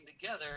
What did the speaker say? together